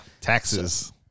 Taxes